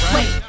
Wait